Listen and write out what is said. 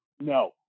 No